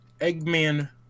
Eggman